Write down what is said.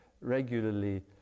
regularly